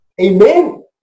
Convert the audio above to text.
Amen